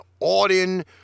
Auden